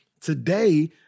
Today